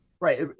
Right